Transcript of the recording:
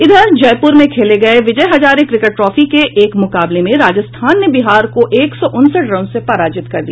इधर जयपूर में खेले गये विजय हजारे क्रिकेट ट्रॉफी के एक मुकाबले में राजस्थान ने बिहार को एक सौ उनसठ रनों से पराजित किया